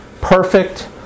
perfect